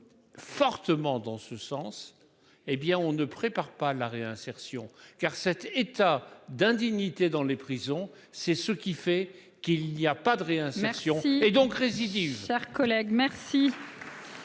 Fortement dans ce sens, hé bien on ne prépare pas la réinsertion, car cet état d'indignité dans les prisons, c'est ce qui fait qu'il n'y a pas de réinsertion et donc récidive. Chers collègues, merci.--